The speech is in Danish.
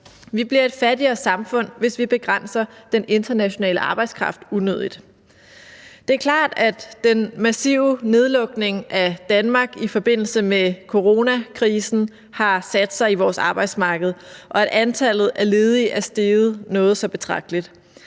Vi bliver et fattigere samfund, hvis vi begrænser den internationale arbejdskraft unødigt. Det er klart, at den massive nedlukning af Danmark i forbindelse med coronakrisen har sat sig spor i vores arbejdsmarked, og at antallet af ledige er steget noget så betragteligt.